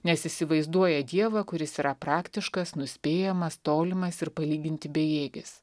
nes įsivaizduoja dievą kuris yra praktiškas nuspėjamas tolimas ir palyginti bejėgis